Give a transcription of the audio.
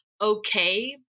okay